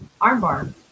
armbar